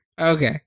Okay